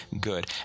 good